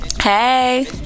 Hey